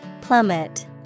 Plummet